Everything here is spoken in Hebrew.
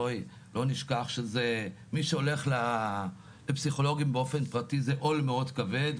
בואי לא נשכח שמי שהולך לפסיכולוגים באופן פרטי זה עול מאוד כבד,